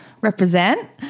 represent